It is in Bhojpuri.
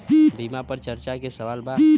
बीमा पर चर्चा के सवाल बा?